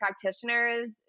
practitioners